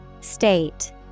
State